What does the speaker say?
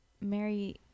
Mary